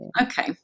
okay